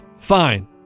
Fine